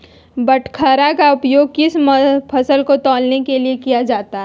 बाटखरा का उपयोग किस फसल को तौलने में किया जाता है?